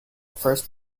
first